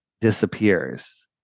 disappears